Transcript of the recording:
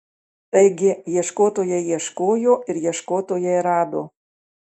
taigi ieškotojai ieškojo ir ieškotojai rado